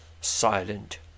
Silent